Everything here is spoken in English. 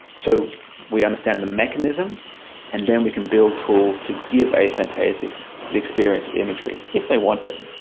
so we understand the mechanism and then we can build tools to give aphantasics the experience of imagery, if they want it.